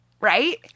right